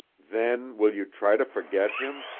then, will you try to forget him,